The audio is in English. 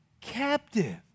captive